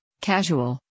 casual